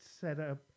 setup